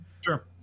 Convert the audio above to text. Sure